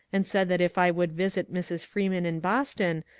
and said that if i would visit mrs. freeman in boston,